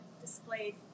displayed